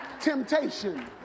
temptation